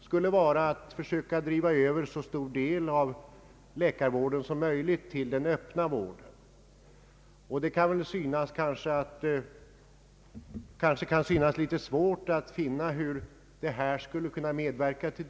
skulle vara att driva över så stor del av läkarvården som möjligt till den öppna vården. Det kan kanske synas litet svårt att förstå hur det skulle kunna gå till.